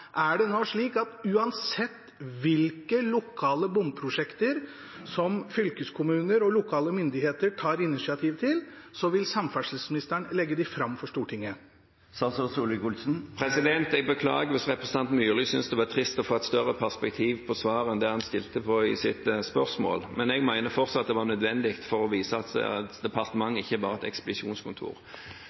Er det nå slik at uansett hvilke lokale bomprosjekter som fylkeskommuner og lokale myndigheter tar initiativ til, vil samferdselsministeren legge dem fram for Stortinget? Jeg beklager hvis representanten Myrli syntes det var trist å få et større perspektiv i svaret enn det han hadde i sitt spørsmål. Men jeg mener fortsatt at det var nødvendig for å vise at departementet ikke bare er et ekspedisjonskontor.